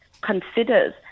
considers